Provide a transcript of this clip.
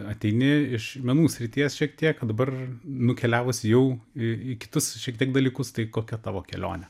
ateini iš menų srities šiek tiek dabar nukeliavus jau į į kitus šiek tiek dalykus tai kokia tavo kelionė